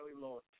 Lord